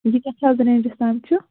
یہِ کَتھ حظ رینٛجَس تام چھُ